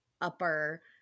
upper